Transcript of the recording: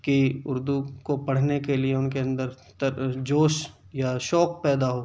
کی اردو کو پڑھنے کے لیے ان کے اندر تر جوش یا شوق پیدا ہو